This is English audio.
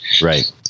Right